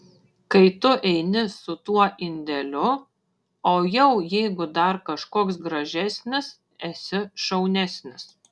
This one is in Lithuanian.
kai tu eini su tuo indeliu o jau jeigu dar kažkoks gražesnis esi šaunesnis